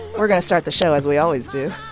we're going to start the show as we always do.